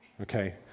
okay